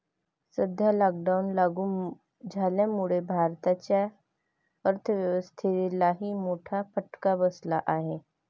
सध्या लॉकडाऊन लागू झाल्यामुळे भारताच्या अर्थव्यवस्थेलाही मोठा फटका बसला आहे